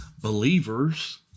believers